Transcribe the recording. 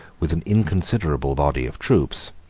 with an inconsiderable body of troops,